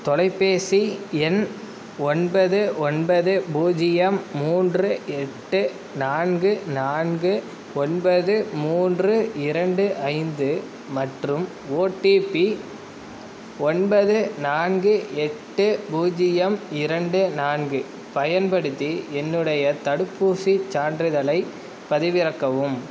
தொலைபேசி எண் ஒன்பது ஒன்பது பூஜ்ஜியம் மூன்று எட்டு நான்கு நான்கு ஒன்பது மூன்று இரண்டு ஐந்து மற்றும் ஓடிபி ஒன்பது நான்கு எட்டு பூஜ்ஜியம் இரண்டு நான்கு பயன்படுத்தி என்னுடைய தடுப்பூசிச் சான்றிதழைப் பதிவிறக்கவும்